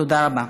תודה רבה.